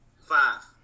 five